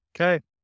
okay